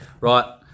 right